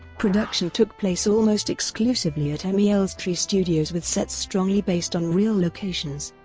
production took place almost exclusively at emi elstree studios with sets strongly based on real locations.